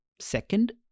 second